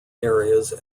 areas